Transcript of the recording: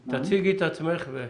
בבקשה.